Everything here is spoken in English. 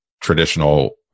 traditional